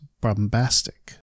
bombastic